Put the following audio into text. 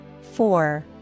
four